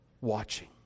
watching